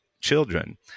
children